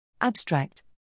Abstract